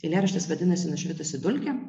eilėraštis vadinasi nušvitusi dulkė